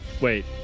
wait